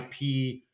IP